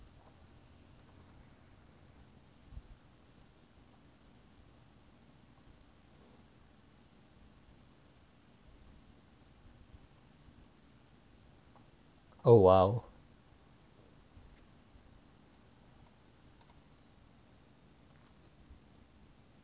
oh !wow!